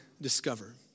discover